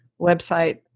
website